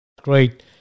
great